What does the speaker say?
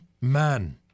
man